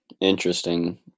interesting